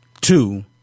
two